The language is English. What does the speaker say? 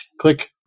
Click